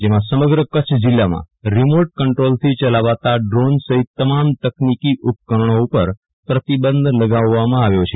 જેમા સમગ્ર કચ્છ જિલ્લામાં રિમોટં કંન્દ્રોલ થી ચાલતા ડ્રોન સહિત તમામ તકનીકી ઉપકરણો ઉપર પ્રતિબંધ લગાવવામાં આવ્યો છે